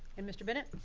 and mr. bennett!